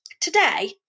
today